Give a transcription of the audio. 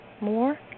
more